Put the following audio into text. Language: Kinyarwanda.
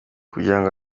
kugirango